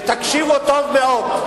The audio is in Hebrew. ותקשיבו טוב מאוד.